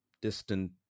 distant